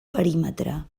perímetre